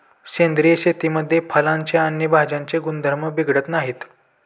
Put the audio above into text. सेंद्रिय शेतीमुळे फळांचे आणि भाज्यांचे गुणधर्म बिघडत नाहीत